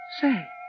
Say